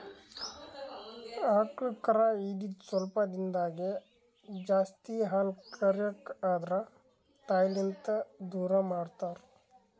ಆಕಳ್ ಕರಾ ಇದ್ದಿದ್ ಸ್ವಲ್ಪ್ ದಿಂದಾಗೇ ಜಾಸ್ತಿ ಹಾಲ್ ಕರ್ಯಕ್ ಆದ್ರ ತಾಯಿಲಿಂತ್ ದೂರ್ ಮಾಡ್ತಾರ್